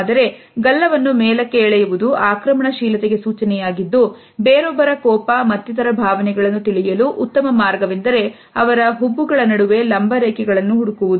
ಆದರೆ ಗಲ್ಲವನ್ನು ಮೇಲಕ್ಕೆ ಎಳೆಯುವುದು ಆಕ್ರಮಣಶೀಲತೆ ಸೂಚನೆಯಾಗಿದ್ದು ಬೇರೊಬ್ಬರ ಕೋಪ ಮತ್ತಿತರ ಭಾವನೆಗಳನ್ನು ತಿಳಿಯಲು ಉತ್ತಮ ಮಾರ್ಗವೆಂದರೆ ಅವರ ಹುಬ್ಬುಗಳ ನಡುವೆ ಲಂಬ ರೇಖೆಗಳನ್ನು ಹುಡುಕುವುದು